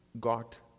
got